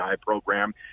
program